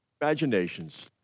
imaginations